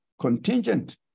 contingent